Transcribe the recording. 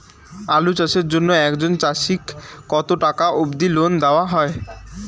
আলু চাষের জন্য একজন চাষীক কতো টাকা অব্দি লোন দেওয়া হয়?